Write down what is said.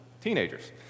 teenagers